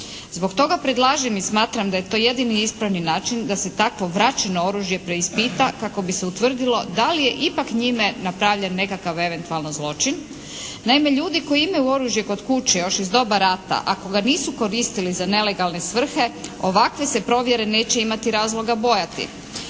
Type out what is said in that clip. Zbog toga predlažem i smatram da je to jedini ispravni način da se takvo vraćeno oružje preispita kako bi se utvrdilo da li je ipak njime napravljen nekakav eventualno zločin. Naime, ljudi koji imaju oružje kod kuće još iz doba rata, ako ga nisu koristili za nelegalne svrhe ovakve se provjere neće imati razloga bojati.